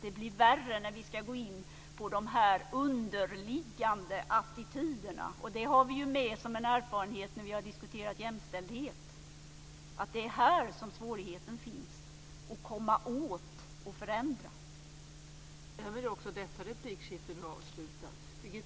Värre blir det när vi ska gå in på de underliggande attityderna, något som vi haft med som en erfarenhet i diskussionerna om jämställdhet. Det är här som svårigheten finns när det gäller att komma åt och förändra saker.